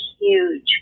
huge